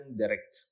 direct